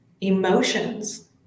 Emotions